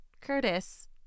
Curtis